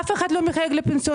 אף אחד לא מחייג לפנסיונרים,